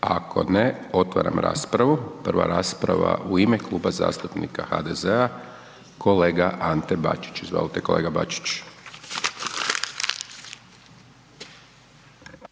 Ako ne, otvaram raspravu, prva rasprava u ime Kluba zastupnika HDZ-a kolega Ante Bačić, izvolite kolega Bačić.